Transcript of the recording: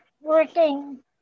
working